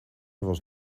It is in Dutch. was